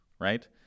right